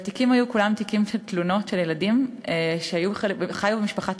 והתיקים היו כולם תיקים של תלונות של ילדים שחיו במשפחת